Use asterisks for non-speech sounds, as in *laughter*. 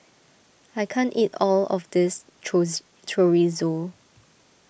I can't eat all of this *unintelligible* Chorizo